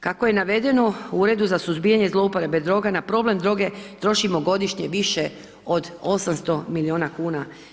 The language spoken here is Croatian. Kako je navedeno u Uredu za suzbijanje zlouporabe droga na problem droge trošimo godišnje više od 800 milijuna kuna.